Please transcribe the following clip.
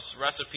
recipe